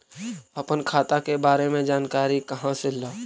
अपन खाता के बारे मे जानकारी कहा से ल?